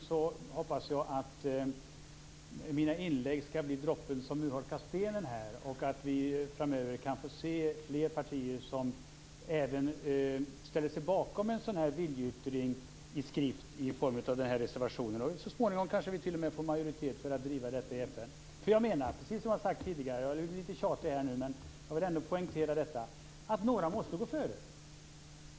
Jag hoppas att mina inlägg skall bli droppen som urholkar stenen så att vi framöver kan få se fler partier som även ställer sig bakom en sådan här viljeyttring i skrift i form av en reservation. Så småningom kanske vi t.o.m. får en majoritet för att driva detta i FN. Precis som jag har sagt tidigare menar jag nämligen - jag kanske blir litet tjatig men jag vill ändå poängtera detta - att några måste gå före.